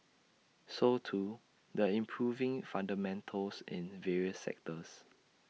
so too the improving fundamentals in various sectors